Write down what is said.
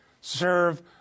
serve